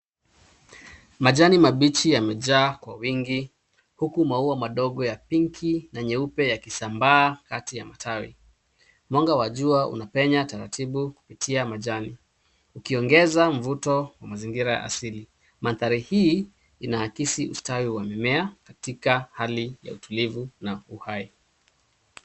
Majani mabichi yamejaa kwa wingi huku maua madogo ya pink na nyeupe yakisambaa kati ya matawi. Mwanga wa jua unapenya taratibu kupitia majani, ukiongeza mvuto wa mazingira ya asili. Mandhari hii inaakisi ustawi wa mimea katika hali ya utulivu na uhai.